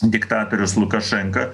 diktatorius lukašenka